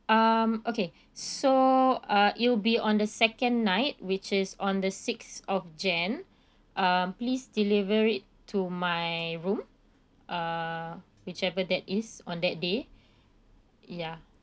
um okay so uh it'll be on the second night which is on the sixth of jan uh please deliver it to my room uh whichever that is on that day ya